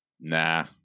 Nah